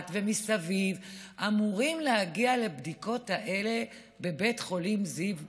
ומסביב אמורים להגיע לבדיקות האלה בבית חולים זיו בצפת.